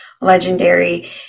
legendary